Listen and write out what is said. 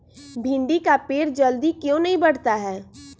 भिंडी का पेड़ जल्दी क्यों नहीं बढ़ता हैं?